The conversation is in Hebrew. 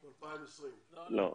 לא.